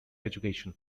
education